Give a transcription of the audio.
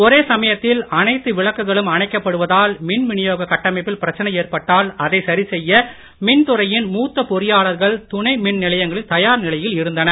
ஒரே சமயத்தில் எல்லா விளக்குகளும் அணைக்கப் படுவதால் மின் வினியோகக் கட்டமைப்பில் பிரச்சனை ஏற்பட்டால் அதை சரிசெய்ய மின்துறையின் மூத்த பொறியாளர்கள் துணை மின்நிலையங்களில் தயார் நிலையில் இருந்தனர்